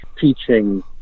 teaching